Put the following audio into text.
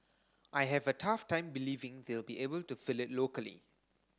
I have a tough time believing they'll be able to fill it locally